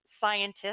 scientists